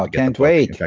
ah can't wait. in fact,